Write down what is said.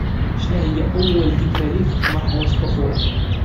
شناهيا أول ذكرى ليك في مرحلة الطفولة؟